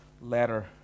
letter